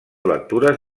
lectures